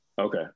Okay